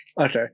Okay